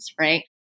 right